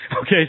Okay